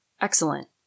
Excellent